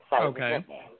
Okay